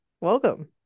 Welcome